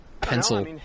pencil